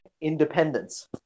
independence